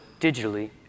digitally